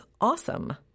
awesome